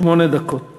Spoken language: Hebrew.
שמונה דקות